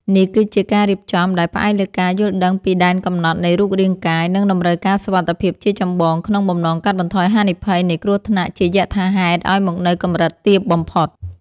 នេះគឺជាការរៀបចំដែលផ្អែកលើការយល់ដឹងពីដែនកំណត់នៃរូបរាងកាយ និងតម្រូវការសុវត្ថិភាពជាចម្បង ក្នុងបំណងកាត់បន្ថយហានិភ័យនៃគ្រោះថ្នាក់ជាយថាហេតុឱ្យមកនៅកម្រិតទាបបំផុត។